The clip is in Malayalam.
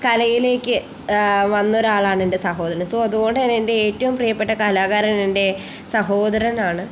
കലയിലേക്ക് വന്നൊരാളാണ് എൻ്റെ സഹോദരൻ സൊ അതുകൊണ്ടുതന്നെ എൻ്റെ ഏറ്റവും പ്രിയപ്പെട്ട കലാകാരൻ എൻ്റെ സഹോദരൻ ആണ്